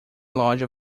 loja